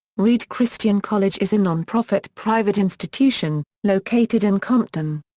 reed christian college is a non-profit private institution, located in compton.